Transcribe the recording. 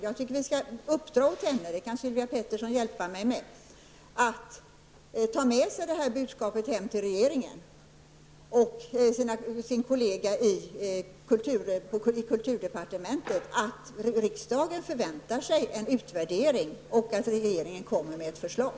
Jag tycker att vi skall uppdra åt henne -- det kan Sylvia Pettersson hjälpa mig med -- att ta med sig detta budskap till den övriga regeringen, och framför allt till sin regeringskollega som har ansvaret för kulturpolitiken, att riksdagen förväntar sig en utvärdering och att regeringen lägger fram ett förslag.